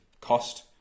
cost